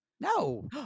No